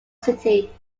city